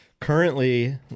Currently